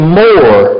more